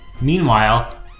Meanwhile